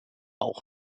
auch